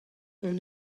hon